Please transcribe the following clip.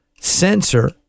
sensor